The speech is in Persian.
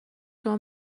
شما